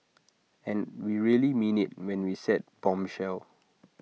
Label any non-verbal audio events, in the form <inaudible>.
<noise> and we really mean IT when we said bombshell